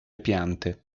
piante